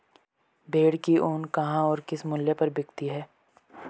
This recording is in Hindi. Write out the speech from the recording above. भेड़ की ऊन कहाँ और किस मूल्य पर बिकती है?